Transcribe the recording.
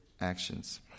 actions